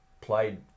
played